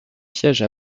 piège